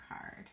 card